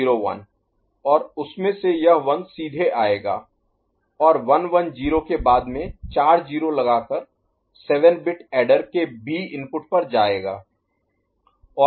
1101 और उसमें से यह 1 सीधे आयेगा और 110 के बाद में चार 0 लगा कर 7 बिट ऐडर के B इनपुट पर जायेगा